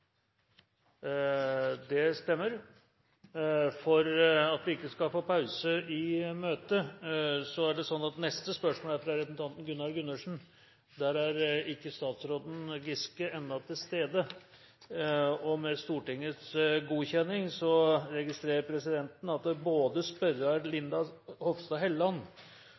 Det stemmer. For at vi ikke skal få pause i møtet: Neste spørsmål er fra representanten Gunnar Gundersen. Der er ikke statsråd Giske til stede ennå. Med Stortingets godkjenning registrerer presidenten at både spørreren, Linda C. Hofstad Helleland,